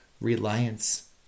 reliance